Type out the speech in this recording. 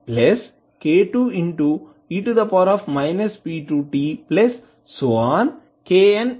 ftk1e p1tk2e p2t